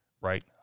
right